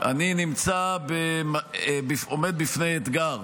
אני עומד בפני אתגר,